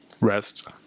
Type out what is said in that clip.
rest